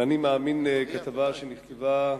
ואני מאמין, כתבה שנכתבה,